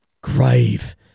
grave